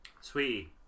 Sweetie